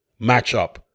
matchup